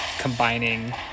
combining